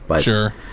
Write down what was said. Sure